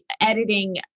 editing